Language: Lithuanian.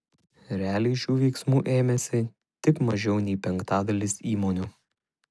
realiai šių veiksmų ėmėsi tik mažiau nei penktadalis įmonių